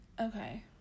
okay